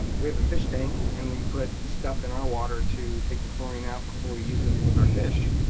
um have a fish tank and we put stuff in our water to take the chlorine out before we use it it with our fish.